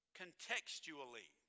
contextually